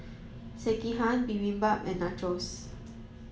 Sekihan Bibimbap and Nachos